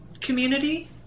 community